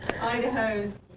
Idaho's